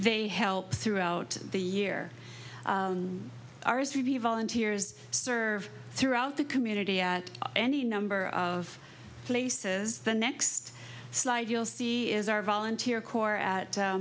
they help throughout the year ours to be volunteers serve throughout the community at any number of places the next slide you'll see is our volunteer corps at